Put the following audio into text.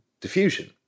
Diffusion